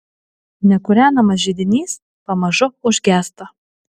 nekūrenamas židinys pamažu užgęsta